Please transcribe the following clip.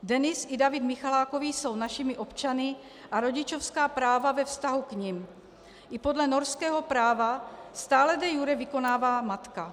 Denis i David Michalákovi jsou našimi občany a rodičovská práva ve vztahu k nim i podle norského práva stále de iure vykonává matka.